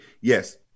yes